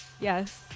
Yes